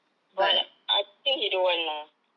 but I think he don't want lah